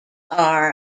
are